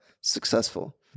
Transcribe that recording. successful